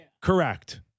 Correct